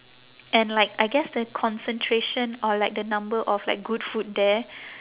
and like I guess the concentration or like the number of like good food there